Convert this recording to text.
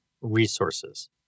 resources